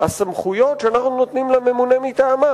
הסמכויות שאנחנו נותנים לממונה מטעמה.